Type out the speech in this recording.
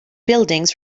buildings